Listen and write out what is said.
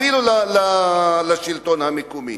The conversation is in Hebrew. אפילו לשלטון המקומי?